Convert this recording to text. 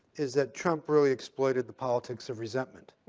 is that trump really exploited the politics of resentment.